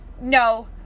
no